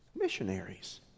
missionaries